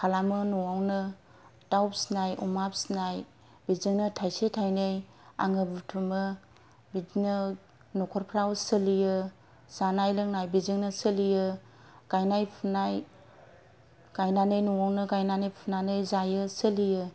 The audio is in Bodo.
खालामो न'आवनो दाउ फिसिनाय अमा फिसिनाय बेजोंनो थायसे थायनै आङो आङो बुथुमो बिदिनो न'खरफोराव सोलियो जानाय लोंनाय बेजोंनो सोलियो गायनाय फुनाय गायनानै न'आवनो गायनानै फुनानै जायो सोलियो